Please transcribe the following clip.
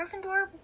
Gryffindor